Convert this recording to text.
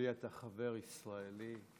בשבילי אתה חבר ישראלי.